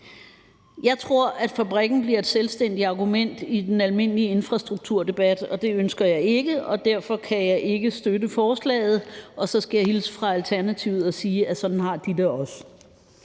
jeg, at fabrikken bliver et selvstændigt argument i den almindelige infrastrukturdebat, og det ønsker jeg ikke, og derfor kan jeg ikke støtte forslaget. Og så skal jeg hilse fra Alternativet og sige, at sådan har de det også.